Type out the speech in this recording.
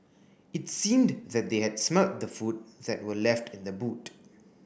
its seemed that they had smelt the food that were left in the boot